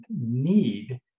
need